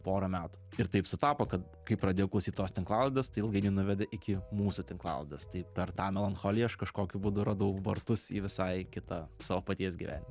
porą metų ir taip sutapo kad kai pradėjau klausyt tos tinklalaidės tai ilgainiui nuvedė iki mūsų tinklalaidės tai per tą melancholiją aš kažkokiu būdu radau vartus į visai kitą savo paties gyvenimą